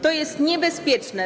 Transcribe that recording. To jest niebezpieczne.